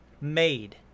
made